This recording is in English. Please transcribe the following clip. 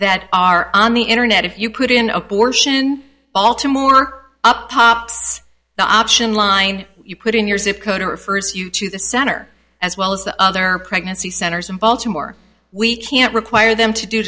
that are on the internet if you put in a portion baltimore up pops the option line you put in your zip code or first you to the center as well as the other pregnancy centers in baltimore we can't require them to do